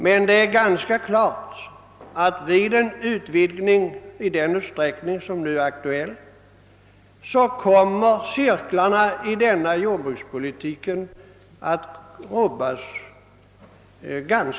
Men det är ganska klart att vid en utvidgning i den utsträckning som nu är aktuell kommer cirklarna att rubbas ganska påtagligt för denna jordbrukspolitik.